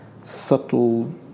subtle